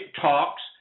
talks